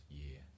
year